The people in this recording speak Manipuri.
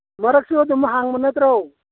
ꯃꯔꯛꯁꯨ ꯑꯗꯨꯝ ꯍꯥꯡꯕ ꯅꯠꯇ꯭ꯔꯣ